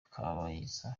kabayiza